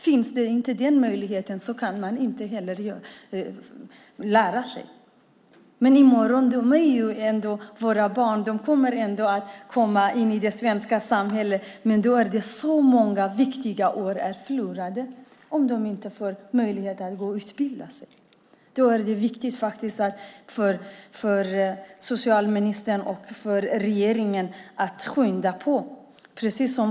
Finns inte den möjligheten kan man inte heller lära sig. De är våra barn. De kommer att komma in i det svenska samhället, men då är så många viktiga år förlorade om de inte får möjlighet att utbilda sig. Det är viktigt att socialministern och regeringen skyndar på.